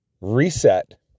reset